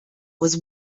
was